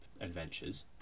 adventures